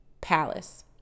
Palace